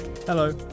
Hello